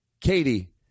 Katie